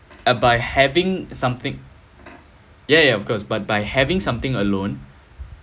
by having something yeah yeah of course but by having something alone